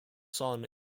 son